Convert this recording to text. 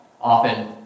Often